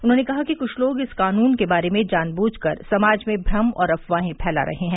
उन्होंने कहा कि कुछ लोग इस कानून के बारे में जानबूझ कर समाज में भ्रम और अफवाहें फैला रहे हैं